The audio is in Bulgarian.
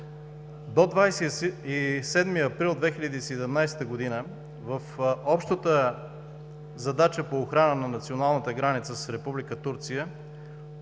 До 27 април 2017 г. в общата задача по охрана на националната граница с Република